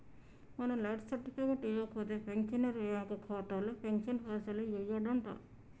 మనం life certificate ఇవ్వకపోతే pensioner bank ఖాతాలో పెన్షన్ పైసలు యెయ్యడంట